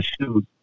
shoes